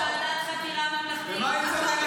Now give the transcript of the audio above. ועדת חקירה ממלכתית.